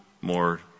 more